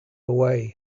away